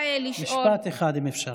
משפט אחד, אם אפשר.